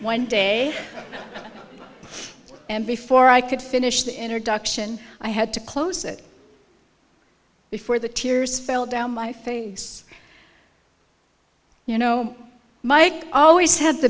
when day and before i could finish the introduction i had to close it before the tears fell down my face you know mike always had the